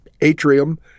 atrium